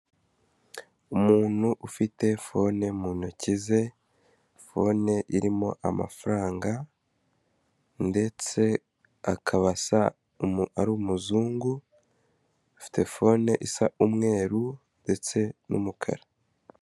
Umuntu ufite fone mu ntoki ze, fone irimo amafaranga ndetse akaba ari umuzungu, ufite fone isa umweru ndetse n'umukara.